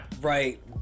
Right